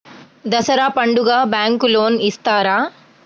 దసరా పండుగ bank loan ఇస్తారా?